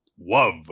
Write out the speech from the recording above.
love